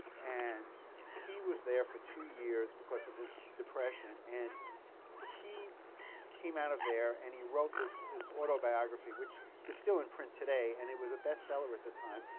and he was there for two years because of his depression. and he came out of there and he wrote his autobiography, which is still in print today, and it was a best-seller at the time,